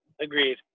Agreed